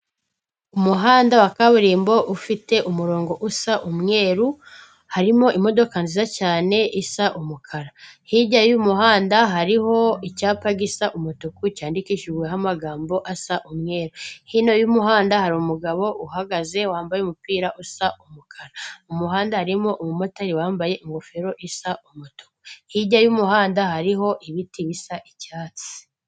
Umuhanda wa kaburimbo ufite umurongo usa umweru harimo imodoka nziza cyane isa umukara. Hirya y'uyu muhanda hariho icyapa gisa umutuku cyandikishiweho amagambo asa umweru, hino y'umuhanda hari umugabo uhagaze wambaye umupira usa umukara .Mu muhanda harimo umumotari wambaye ingofero isa umutu ,hirya y'umuhanda hariho ibiti bisa icyatsi.